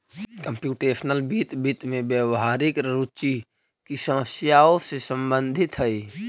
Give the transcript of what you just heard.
computational वित्त, वित्त में व्यावहारिक रुचि की समस्याओं से संबंधित हई